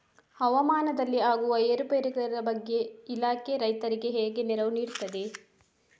ಹವಾಮಾನದಲ್ಲಿ ಆಗುವ ಏರುಪೇರುಗಳ ಬಗ್ಗೆ ಇಲಾಖೆ ರೈತರಿಗೆ ಹೇಗೆ ನೆರವು ನೀಡ್ತದೆ?